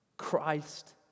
Christ